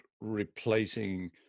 replacing